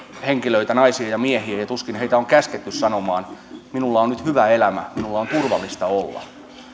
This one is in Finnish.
henkilöitä naisia ja miehiä ja ja tuskin heitä on käsketty sanomaan että minulla on nyt hyvä elämä minulla on turvallista olla